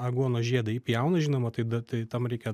aguonos žiedą įpjauna žinoma tai da tam reikia